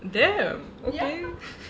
damn okay